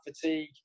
fatigue